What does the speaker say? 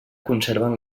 conserven